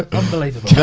ah unbelievable.